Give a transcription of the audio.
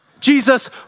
Jesus